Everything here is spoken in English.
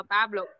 Pablo